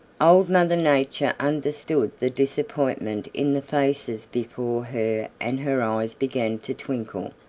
old mother nature understood the disappointment in the faces before her and her eyes began to twinkle.